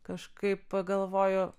kažkaip pagalvojau